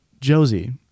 Josie